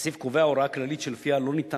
הסעיף קובע הוראה כללית שלפיה לא ניתן